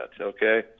okay